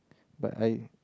but I